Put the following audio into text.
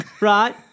Right